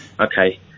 Okay